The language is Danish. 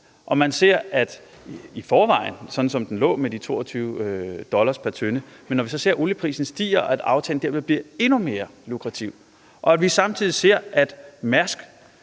om en meget lukrativ aftale, sådan som prisen lå med 22 dollars pr. tønde, og så ser, at olieprisen stiger, og at aftalen dermed bliver endnu mere lukrativ – og vi samtidig ser, at Mærsk